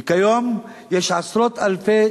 וכיום יש עשרות אלפי